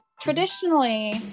traditionally